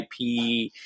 IP